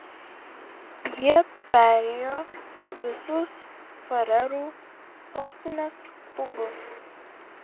jie perėjo visus farerų sostinės klubus